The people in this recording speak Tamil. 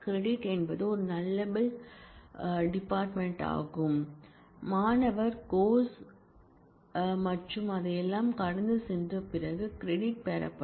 கிரெடிட் என்பது ஒரு நல்லபில் டிபார்ட்மென்ட் யாகும் மாணவர் கோர்ஸ் கள் மற்றும் அதையெல்லாம் கடந்து சென்ற பிறகு கிரெடிட் பெறப்படும்